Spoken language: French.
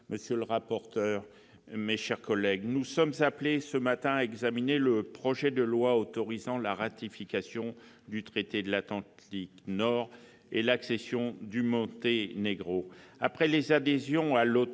monsieur le secrétaire d'État, mes chers collègues, nous sommes appelés ce matin à examiner le projet de loi autorisant la ratification du protocole au traité de l'Atlantique Nord sur l'accession du Monténégro.